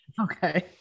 Okay